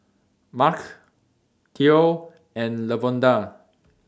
Marc Theo and Lavonda